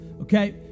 Okay